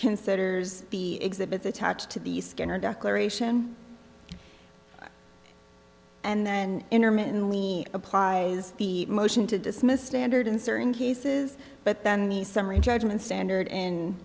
considers the exhibit attached to the skin or declaration and then intermittently applies the motion to dismiss standard in certain cases but then the summary judgment standard in